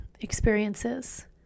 experiences